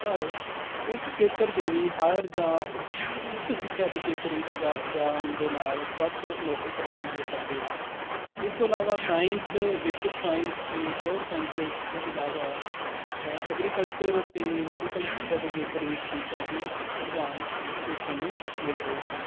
ਪਰ ਇਸ ਖੇਤਰ ਦੇ ਵੀ ਹਾਏਅਰ ਜਾਂ ਉੱਚ ਸਿੱਖਿਆ ਦੇ ਖੇਤਰ ਵਿੱਚ ਜਾ ਜਾਣ ਦੇ ਨਾਲ਼ ਵੱਧ ਨੌਕਰੀ ਪ੍ਰਦਾਨ ਹੋ ਸਕਦੇ ਹਨ ਇਸ ਤੋਂ ਇਲਾਵਾ ਸਾਇੰਸ ਬੇਸਿਕ ਸਾਇੰਸ ਅਤੇ ਪੇਔਰ ਸਾਇੰਸਿਸ ਤੋਂ ਇਲਾਵਾ ਐਗਰੀਕਲਚਰ ਅਤੇ ਮੈਡੀਕਲ ਸਿੱਖਿਆ ਦੇ ਖੇਤਰ ਵਿੱਚ ਵੀ ਕਾਫ਼ੀ ਰੁਝਾਨ ਵੇਖਣ ਨੂੰ ਮਿਲ ਰਹੇ ਹਨ